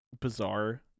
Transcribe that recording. bizarre